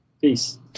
Peace